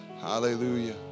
Hallelujah